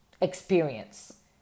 experience